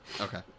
okay